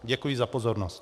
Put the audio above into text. Děkuji za pozornost.